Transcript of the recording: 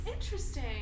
interesting